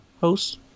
host